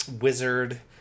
wizard